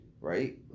right